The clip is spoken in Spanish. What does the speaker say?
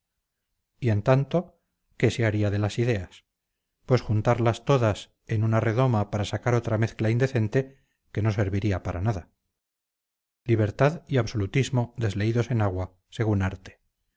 y en tanto que se haría de las ideas pues juntarlas todas en una redoma para sacar otra mezcla indecente que no serviría para nada libertad y absolutismo desleídos en agua según arte